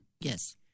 Yes